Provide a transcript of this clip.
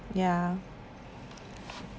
ya